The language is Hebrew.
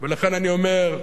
ולכן אני אומר,